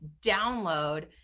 download